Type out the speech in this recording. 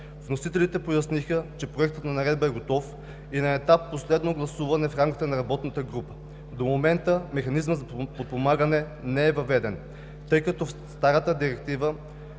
Вносителите поясниха, че проектът на Наредба е готов и е на етап последно съгласуване в рамките на работната група. До момента механизмът за подпомагане не е въведен, тъй като в старата директива